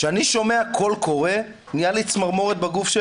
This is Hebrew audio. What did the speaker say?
כשאני שומע 'קול קורא', נהיה לי צמרמורת בגוף.